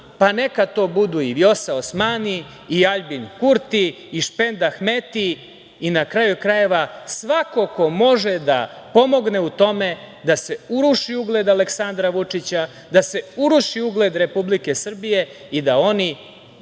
pa neka to budu u Vjosa Osmani, Aljbin Kurti i Špend Ahmeti i na kraju krajeva svako ko može da pomogne u tome da se uruši ugled Aleksandra Vučića, da se uruši ugled Republike Srbije i da oni